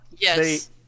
Yes